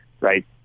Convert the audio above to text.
right